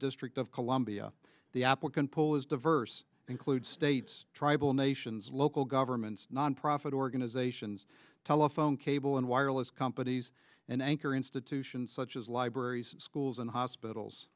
district of columbia the applicant pool is diverse include states tribal nations local governments nonprofit organizations telephone cable and wireless companies and anchor institutions such as libraries schools and hospitals